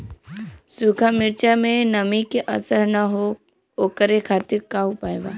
सूखा मिर्चा में नमी के असर न हो ओकरे खातीर का उपाय बा?